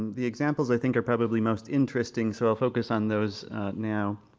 the examples i think are probably most interesting, so i'll focus on those now.